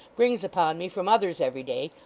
brings upon me from others every day.